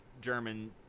German